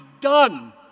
done